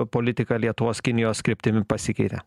politika lietuvos kinijos kryptimi pasikeitė